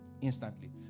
instantly